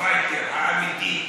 הפייטר האמיתי.